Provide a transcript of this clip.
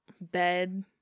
bed